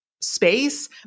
space